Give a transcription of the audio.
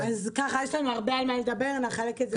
יש לנו הרבה על מה לדבר, נחלק את זה לראשי פרקים.